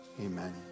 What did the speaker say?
Amen